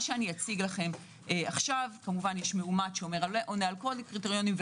יש מאומת שעונה על כל הקריטריונים,